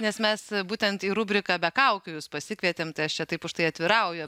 nes mes būtent į rubriką be kaukių jus pasikvietėm tai aš čia taip užtai atvirauju